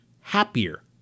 happier